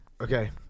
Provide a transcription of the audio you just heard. Okay